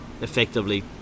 effectively